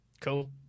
Cool